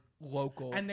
local